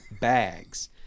bags